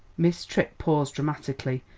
miss tripp paused dramatically,